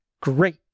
great